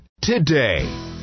today